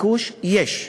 ביקוש יש,